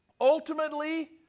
Ultimately